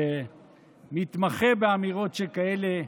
שמתמחה באמירות שכאלה,